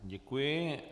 Děkuji.